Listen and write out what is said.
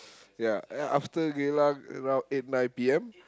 ya ya after Geylang around eight nine P_M